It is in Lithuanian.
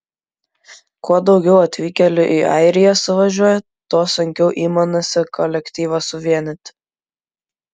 kuo daugiau atvykėlių į airiją suvažiuoja tuo sunkiau įmonėse kolektyvą suvienyti